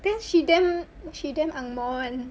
then she damn she damn ang moh [one]